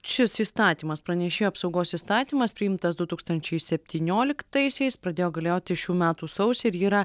šis įstatymas pranešėjo apsaugos įstatymas priimtas du tūkstančiai septynioliktaisiais pradėjo galioti šių metų sausį ir yra